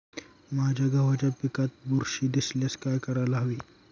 माझ्या गव्हाच्या पिकात बुरशी दिसल्यास काय करायला हवे?